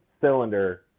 cylinder